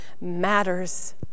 matters